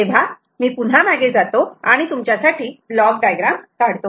तेव्हा मी पुन्हा मागे जातो आणि तुमच्यासाठी ब्लॉक डायग्राम ही काढतो